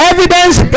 Evidence